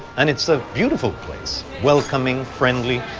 and it's a beautiful place, welcoming, friendly.